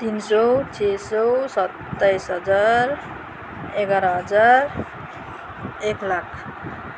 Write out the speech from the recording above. तिन सौ छे सौ सत्ताइस हजार एघार हजार एक लाख